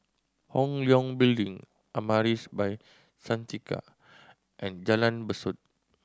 Hong Leong Building Amaris By Santika and Jalan Besut